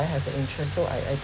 I have the interest so I I